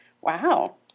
wow